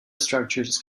structures